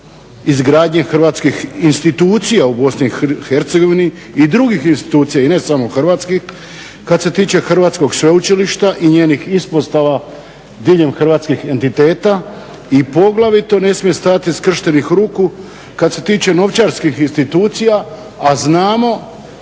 izgradnje hrvatskih institucija u BiH i drugih institucija i ne samo hrvatskih. Kad se tiče hrvatskog sveučilišta i njenih ispostava diljem hrvatskih entiteta i poglavito ne smije stajati skrštenih ruku kad se tiče novčarskih institucija, a znamo